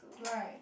right